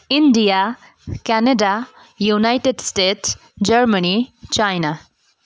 India Canada United State Germany China